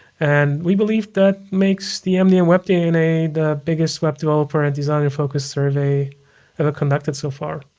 and we believe that makes the mdn web dna the biggest web developer and designer focused survey ever conducted so far.